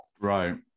right